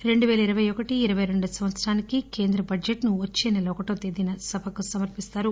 రెండు పేల ఇరవై ఒకటి ఇరవై రెండు సంవత్సరానికి కేంద్రబడ్జెట్ ను వచ్చే నెల ఒకటవ తేదీన సభకు సమర్పిస్తారు